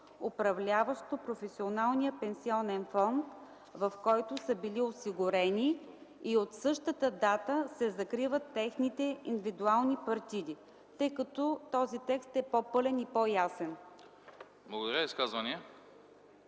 управляващо професионалния пенсионен фонд, в който са били осигурени, и от същата дата се закриват техните индивидуални партиди”. Този текст е по-пълен и по-ясен. ПРЕДСЕДАТЕЛ